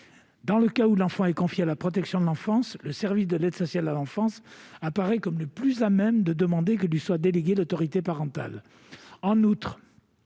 Dans le cas où l'enfant est confié à la protection de l'enfance, le service de l'aide sociale à l'enfance apparaît comme le plus à même de demander que lui soit déléguée l'autorité parentale.